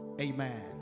Amen